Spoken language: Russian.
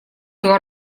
два